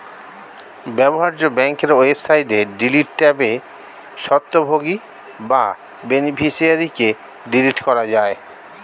ব্যবহার্য ব্যাংকের ওয়েবসাইটে ডিলিট ট্যাবে স্বত্বভোগী বা বেনিফিশিয়ারিকে ডিলিট করা যায়